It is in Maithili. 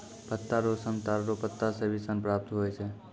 पत्ता रो सन ताड़ रो पत्ता से भी सन प्राप्त हुवै छै